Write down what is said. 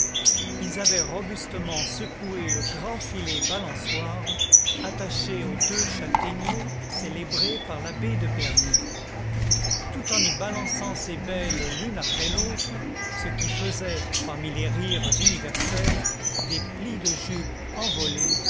ils avaient robustement secoué le grand filet balançoire attaché aux deux châtaigniers célébrés par l'abbé de bernis tout en y balançant ces belles l'une après l'autre ce qui faisait parmi les rires universels des plis de jupe envolée